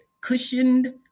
cushioned